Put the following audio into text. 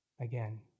Again